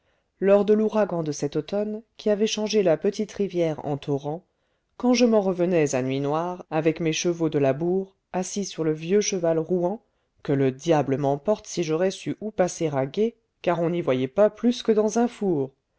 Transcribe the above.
lors de l'ouragan de cet automne qui avait changé la petite rivière en torrent quand je m'en revenais à nuit noire avec mes chevaux de labour assis sur le vieux cheval rouan que le diable m'emporte si j'aurais su où passer à gué car on n'y voyait pas plus que dans un four